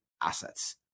assets